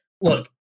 look